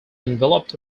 enveloped